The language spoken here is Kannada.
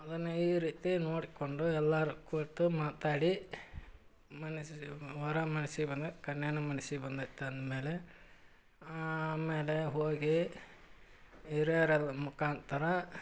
ಅದನ್ನು ಈ ರೀತಿ ನೋಡಿಕೊಂಡು ಎಲ್ಲರೂ ಕೂತು ಮಾತಾಡಿ ಮನಸಿಗೆ ವರ ಮನ್ಸಿಗೆ ಬಂದ್ಮೇಲೆ ಕನ್ಯೆಯೂ ಮನ್ಸಿಗೆ ಬಂದೈತೆ ಅಂದಮೇಲೆ ಆಮೇಲೆ ಹೋಗಿ ಹಿರಿಯರ ಎಲ್ಲಿ ಮುಖಾಂತರ